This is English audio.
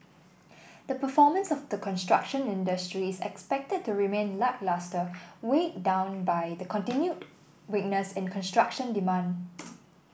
the performance of the construction industry is expected to remain lacklustre weighed down by the continued weakness in construction demand